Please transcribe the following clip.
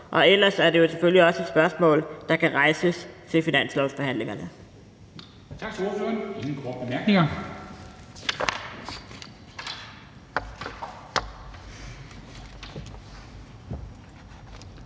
ellers er det jo selvfølgelig også et spørgsmål, der kan rejses til finanslovsforhandlingerne.